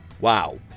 wow